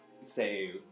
say